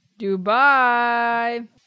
Dubai